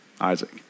Isaac